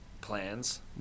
plans